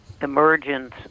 emergence